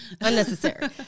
unnecessary